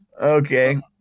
Okay